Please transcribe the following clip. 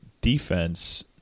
defense